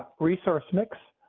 resource next.